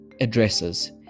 addresses